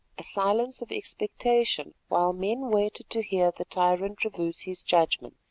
a silence of expectation while men waited to hear the tyrant reverse his judgment.